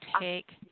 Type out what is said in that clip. take